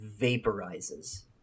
...vaporizes